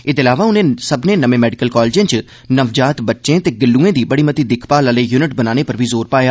एह्दे अलावा उनें सब्मनें नमें मैडिकल कालेजें च नवजात बच्चें ते गिल्लुए दी बड़ी मती दिक्खभाल आह्ले युनिट बनाने पर बी जोर पाया